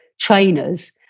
trainers